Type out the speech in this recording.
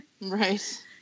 Right